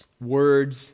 words